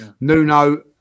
Nuno